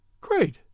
Great